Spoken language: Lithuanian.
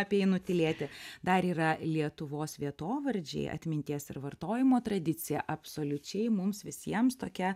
apie jį nutylėti dar yra lietuvos vietovardžiai atminties ir vartojimo tradicija absoliučiai mums visiems tokia